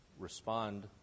Respond